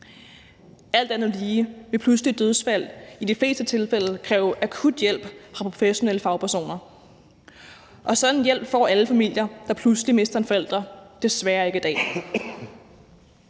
Alt andet lige vil pludseligt dødsfald i de fleste tilfælde kræve akut hjælp fra professionelle fagpersoner. Sådan en hjælp får alle familier, der pludselig mister en forælder, desværre ikke i dag.